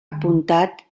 apuntat